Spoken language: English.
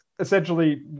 Essentially